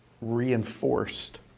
reinforced